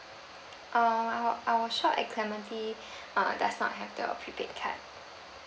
err our our shop at clementi uh does not have the pre paid card